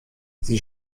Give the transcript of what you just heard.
sie